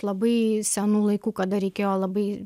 labai senų laikų kada reikėjo labai